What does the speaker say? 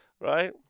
right